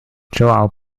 joel